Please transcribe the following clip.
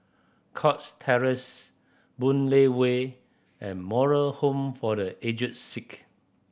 Cox Terrace Boon Lay Way and Moral Home for The Aged Sick